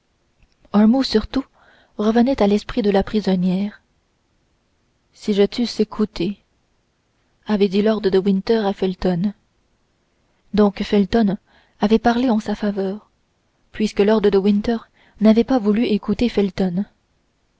un mot surtout revenait à l'esprit de la prisonnière si je t'eusse écouté avait dit lord de winter à felton donc felton avait parlé en sa faveur puisque lord de winter n'avait pas voulu écouter felton